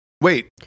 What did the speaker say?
Wait